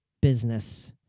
business